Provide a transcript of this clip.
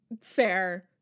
fair